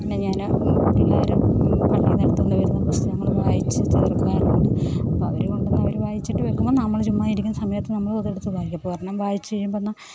പിന്നെ ഞാൻ പിള്ളേർ പള്ളിയിൽ നിന്നെടുത്തു കൊണ്ടു വരുന്ന പുസ്തകങ്ങൾ വായിച്ചു തീര്ക്കാറുണ്ട് അപ്പം അവർ കൊണ്ടു വന്നവർ വായിച്ചിട്ട് വെക്കുമ്പം നമ്മൾ ചുമ്മാ ഇരിക്കുന്ന സമയത്ത് നമ്മളുമതെടുത്തു വായിക്കും ഇപ്പോൾ ഒരെണ്ണം വായിച്ചു കഴിയുമ്പം എന്നാൽ